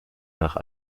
nach